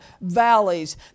valleys